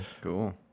cool